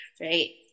right